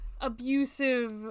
abusive